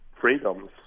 freedoms